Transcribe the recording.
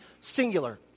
singular